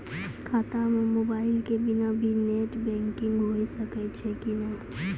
खाता म मोबाइल के बिना भी नेट बैंकिग होय सकैय छै कि नै?